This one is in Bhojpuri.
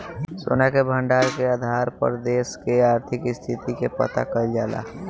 सोना के भंडार के आधार पर देश के आर्थिक स्थिति के पता कईल जाला